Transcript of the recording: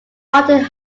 martin